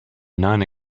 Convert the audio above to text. none